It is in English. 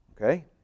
Okay